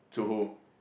to who